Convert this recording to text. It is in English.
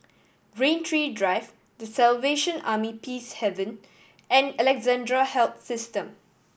Rain Tree Drive The Salvation Army Peacehaven and Alexandra Health System